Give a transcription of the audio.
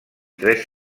tres